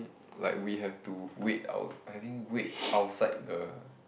like we had to wait out I think wait outside the